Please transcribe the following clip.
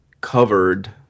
covered